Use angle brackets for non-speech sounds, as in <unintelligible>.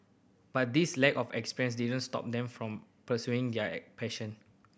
but this lack of experience didn't stop them from pursuing their <unintelligible> passion